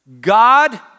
God